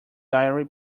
dairy